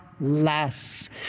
less